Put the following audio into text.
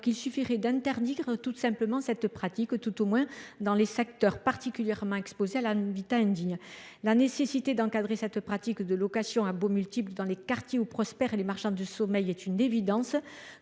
qu’il suffirait d’interdire tout simplement cette pratique, tout au moins dans les secteurs particulièrement exposés à l’habitat indigne. La nécessité d’encadrer cette pratique de location à baux multiples dans les quartiers où prospèrent les marchands du sommeil est une évidence.